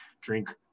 drink